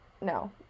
no